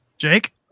jake